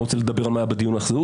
אני לא רוצה להגיד מה היה בדיון החסוי,